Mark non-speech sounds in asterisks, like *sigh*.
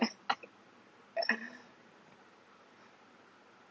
*laughs*